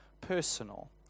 personal